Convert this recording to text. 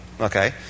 Okay